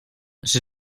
zij